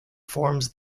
forms